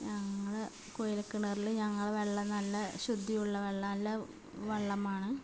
ഞങ്ങൾ കുഴൽക്കിണറിൽ ഞങ്ങൾ വെള്ളം നല്ല ശുദ്ധിയുള്ള വെള്ളമെല്ലാം വെള്ളമാണ്